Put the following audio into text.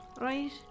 Right